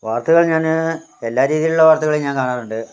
വാർത്തകൾ ഞാന് എല്ലാ രീതിയിലുള്ള വാർത്തകളും ഞാൻ കാണാറുണ്ട്